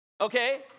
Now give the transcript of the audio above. okay